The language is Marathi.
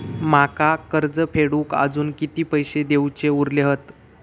माका कर्ज फेडूक आजुन किती पैशे देऊचे उरले हत?